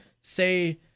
say